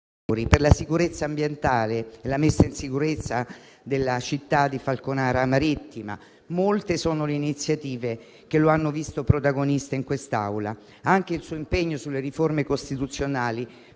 per la sicurezza ambientale; la messa in sicurezza della città di Falconara Marittima. Molte sono le iniziative che lo hanno visto protagonista in quest'Aula. Anche il suo impegno sulle riforme costituzionali